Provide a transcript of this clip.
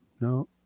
No